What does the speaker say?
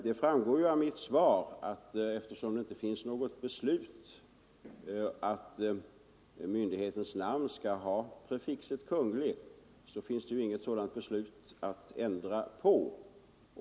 Det framgår av mitt svar att det inte finns något beslut om att myndighets namn skall ha prefixet ”Kunglig”. Det 15 finns därför inget beslut att ändra på.